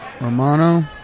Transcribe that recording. Romano